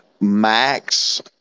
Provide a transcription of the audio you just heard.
Max